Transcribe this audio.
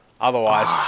otherwise